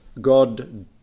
God